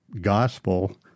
gospel